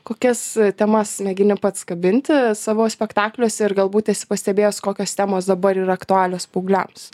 kokias temas mėgini pats kabinti savo spektakliuose ir galbūt esi pastebėjęs kokios temos dabar yra aktualios paaugliams